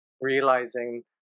realizing